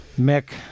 Mick